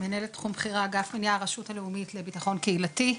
מנהלת תחום בכירה באגף המניעה הרשות הלאומית לבטחון קהילתי,